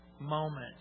moment